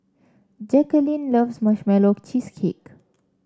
Jacalyn loves Marshmallow Cheesecake